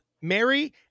Mary